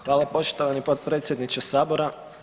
Hvala poštovani potpredsjedniče sabora.